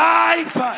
life